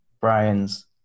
Brian's